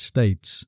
States